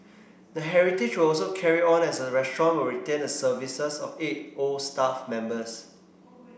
the heritage will also carry on as the restaurant will retain the services of eight old staff members